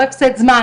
לא הפסד זמן,